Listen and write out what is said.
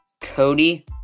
Cody